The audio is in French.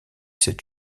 cette